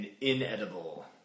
inedible